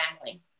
family